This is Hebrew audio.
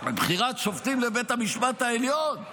לא, בחירת שופטים לבית המשפט העליון,